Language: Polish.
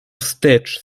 wstecz